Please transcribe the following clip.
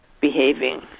behaving